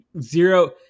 zero